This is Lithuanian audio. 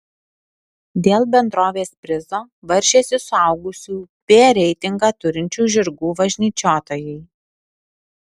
dėl bendrovės prizo varžėsi suaugusiųjų b reitingą turinčių žirgų važnyčiotojai